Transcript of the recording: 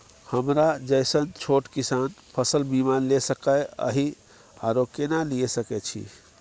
हमरा जैसन छोट किसान फसल बीमा ले सके अछि आरो केना लिए सके छी?